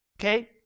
okay